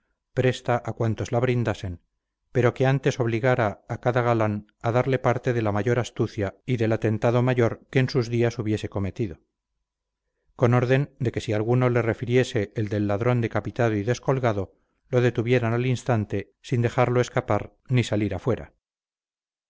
presta a cuantos la brindasen pero que antes obligara a cada galán a darle parte de la mayor astucia y del atentado mayor que en sus días hubiese cometido con orden de que si alguno le refiriese el del ladrón decapitado y descolgado lo detuvieran al instante sin dejarla escapar ni salir afuera